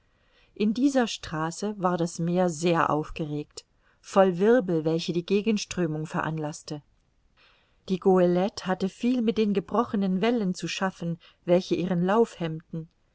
in dieser straße war das meer sehr aufgeregt voll wirbel welche die gegenströmung veranlaßte die goelette hatte viel mit den gebrochenen wellen zu schaffen welche ihren